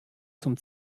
zum